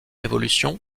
évolution